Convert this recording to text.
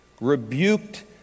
rebuked